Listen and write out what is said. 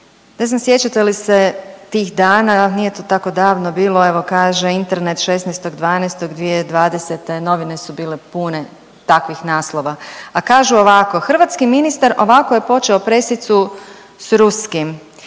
Ne znam sjećate li se tih dana, nije to tako davno bilo evo kaže Internet 16.12.2020. novine su bile pune takvih naslova. A kažu ovako: „Hrvatski ministar ovako je počeo pressicu s ruskim